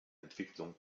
entwicklung